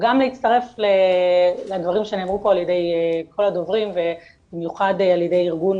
גם להצטרף לדברים שנאמרו פה על ידי כל הדוברים ובמיוחד על ידי ארגון